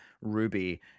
Ruby